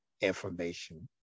information